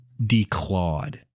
declawed